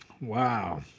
Wow